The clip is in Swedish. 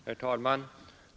Herr talman!